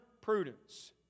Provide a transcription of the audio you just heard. prudence